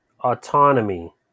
autonomy